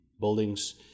buildings